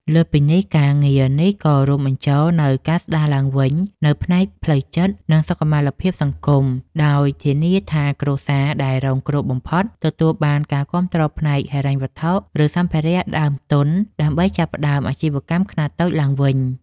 លើសពីនេះ ការងារនេះក៏រួមបញ្ចូលនូវការស្តារឡើងវិញនូវផ្នែកផ្លូវចិត្ត និងសុខុមាលភាពសង្គម ដោយធានាថាគ្រួសារដែលរងគ្រោះបំផុតទទួលបានការគាំទ្រផ្នែកហិរញ្ញវត្ថុ ឬសម្ភារៈដើមទុនដើម្បីចាប់ផ្តើមអាជីវកម្មខ្នាតតូចឡើងវិញ។